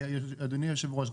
אדוני היושב ראש,